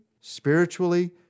spiritually